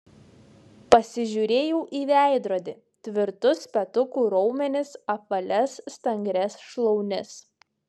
pasižiūrėjau į veidrodį tvirtus petukų raumenis apvalias stangrias šlaunis